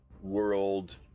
World